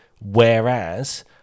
Whereas